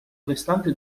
restante